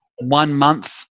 one-month